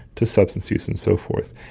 to substance use and so forth.